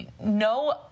no